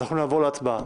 אנחנו נעבור להצבעה.